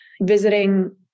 visiting